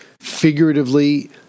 figuratively